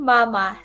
Mama